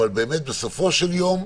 בסופו של יום,